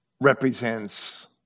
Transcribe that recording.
represents